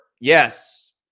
yes